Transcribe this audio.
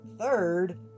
third